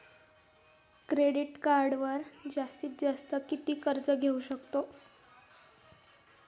Credit कार्डवर जास्तीत जास्त किती कर्ज घेऊ शकतो?